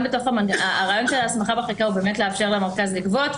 הרעיון של הסמכה בחקיקה הוא לאפשר למרכז לגבות,